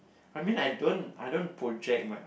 I mean like I don't I don't project my